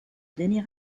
denis